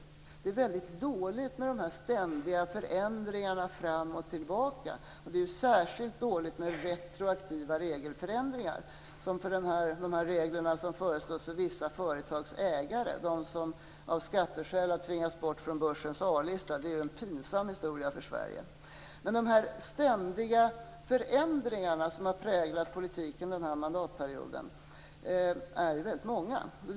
Det är väldigt dåligt med ständiga förändringar fram och tillbaka, och det är särskilt dåligt med retroaktiva regelförändringar. De retroaktiva skattereglerna för vissa företags ägare - de som av skatteskäl tvingats bort från börsens A-lista - är en pinsam historia för Sverige. De ständiga förändringar som har präglat politiken under den här mandatperioden är väldigt många.